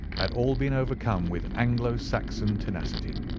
had all been overcome with anglo-saxon tenacity.